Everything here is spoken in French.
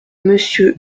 monsieur